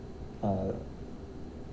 uh